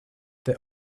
they